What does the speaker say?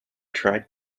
tried